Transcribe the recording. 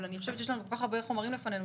אבל אני חושבת שיש לנו כל כך הרבה חומרים לפנינו,